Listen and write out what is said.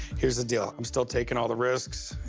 here's the deal. i'm still taking all the risks.